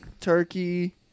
Turkey